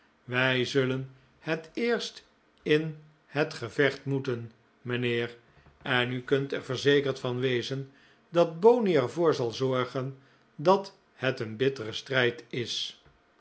wij zullen het eerst in het gevecht moeten mijnheer en u kunt er verzekerd van wezen dat boney er voor zal zorgen dat het een bittere strijd is